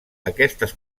aquestes